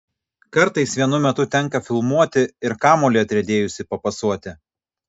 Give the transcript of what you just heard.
kartais vienu metu tenka filmuoti ir kamuolį atriedėjusį papasuoti